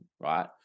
right